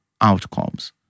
outcomes